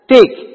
Take